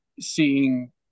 seeing